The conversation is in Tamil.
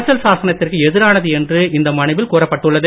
அரசியல் சாசனத்திற்கு எதிரானது என்று இந்த மனுவில் கூறப்பட்டுள்ளது